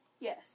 Yes